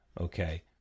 okay